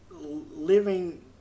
living